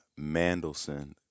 Mandelson